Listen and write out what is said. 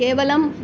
केवलम्